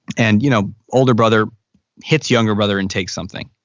and you know older brother hits younger brother and takes something.